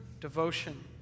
devotion